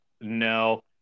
no